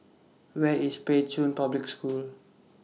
Where IS Pei Chun Public School